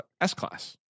S-Class